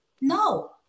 No